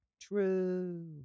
True